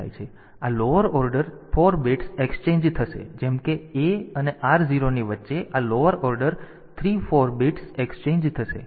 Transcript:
તેથી આ lower order 4 bits exchange થશે જેમ કે a અને r 0 ની વચ્ચે આ લોઅર ઓર્ડર 3 4 બિટ્સ એક્સચેન્જ થશે